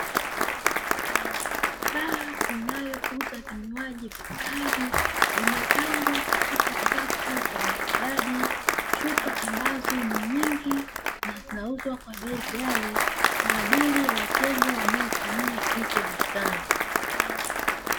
Baa inayo uza vinywaji vikali vimepangwa katika safu kwa umaridadi chupa ambazo ni nyingi na zinauzwa kwa bei ghali kwa ajili ya wateja wanaotumia hizo bidhaa.